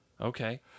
Okay